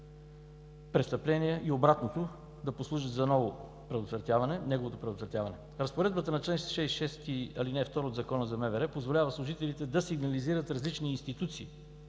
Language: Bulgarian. престъпление или обратното – да послужат за неговото предотвратяване. Разпоредбата на чл. 66, ал. 2 от Закона за МВР позволява служителите да сигнализират различните институции,